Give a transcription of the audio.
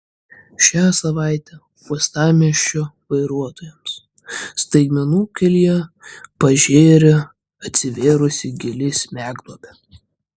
šią savaitę uostamiesčio vairuotojams staigmenų kelyje pažėrė atsivėrusi gili smegduobė